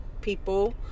people